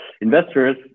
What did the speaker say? Investors